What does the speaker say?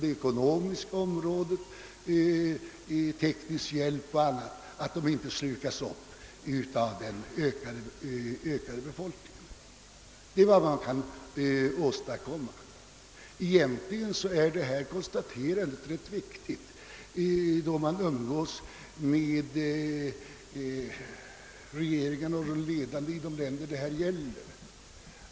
Egentligen är det ganska viktigt att göra detta konstaterande när man umgås med regering och de ledande i de länder det här gäller.